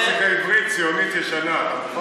מוזיקה עברית ציונית ישנה.